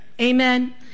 Amen